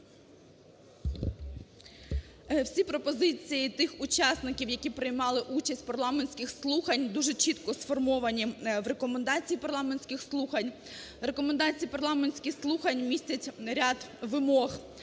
Всі пропозиції тих учасників, які приймали участь в парламентських слуханнях, дуже чітко сформовані в рекомендаціях парламентських слухань. Рекомендації парламентських слухань містять ряд вимог